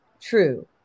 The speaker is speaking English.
true